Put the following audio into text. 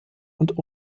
und